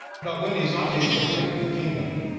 but when izates had taken the kingdom,